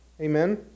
Amen